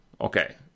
okay